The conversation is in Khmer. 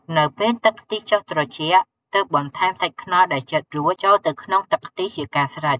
នៅពេលទឹកខ្ទិះចុះត្រជាក់ទើបបន្ថែមសាច់ខ្នុរដែលចិតរួចចូលទៅក្នុងទឹកខ្ទិះជាការស្រេច។